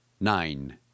Nine